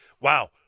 wow